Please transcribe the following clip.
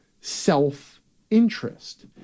self-interest